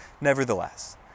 Nevertheless